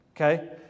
Okay